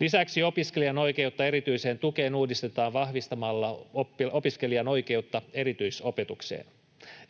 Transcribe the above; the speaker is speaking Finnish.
Lisäksi opiskelijan oikeutta erityiseen tukeen uudistetaan vahvistamalla opiskelijan oikeutta erityisopetukseen.